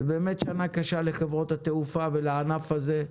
זו באמת שנה קשה לחברות התעופה ולענף הזה.